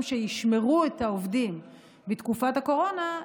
שישמרו את העובדים בתקופת הקורונה,